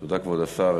תודה, כבוד השר.